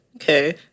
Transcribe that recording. Okay